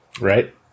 Right